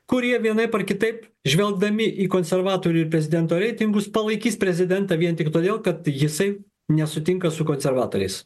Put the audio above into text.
kurie vienaip ar kitaip žvelgdami į konservatorių ir prezidento reitingus palaikys prezidentą vien tik todėl kad jisai nesutinka su konservatoriais